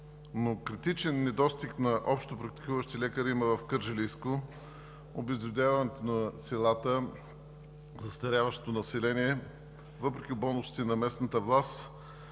критичен недостиг на общопрактикуващи лекари има в Кърджалийско – обезлюдяването на селата, застаряващото население, но въпреки бонусите на местната власт